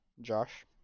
Josh